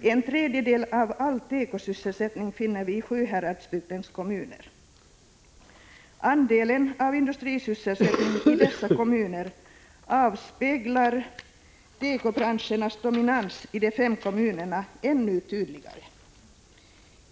en tredjedel av all tekosysselsättning finner vi i Sjuhäradsbygdens kommuner. Andelen industrisysselsatta i dessa kommuner avspeglar tekobranschens dominans i de fem kommunerna ännu tydligare.